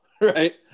right